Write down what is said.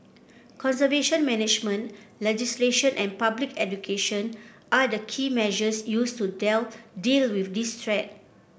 conservation management legislation and public education are the key measures used to deal with this threat